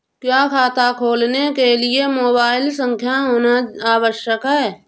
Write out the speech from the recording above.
क्या खाता खोलने के लिए मोबाइल संख्या होना आवश्यक है?